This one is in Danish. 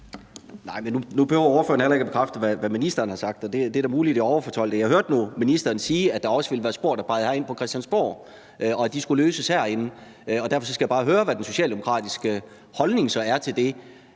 nu behøver ordføreren heller ikke at bekræfte, hvad ministeren har sagt, og det er da muligt, at jeg overfortolker det. Jeg hørte nu ministeren sige, at der også ville være spor, der peger herind på Christiansborg, og at de skulle løses herinde. Derfor skal jeg bare høre, hvad den socialdemokratiske holdning så er til det,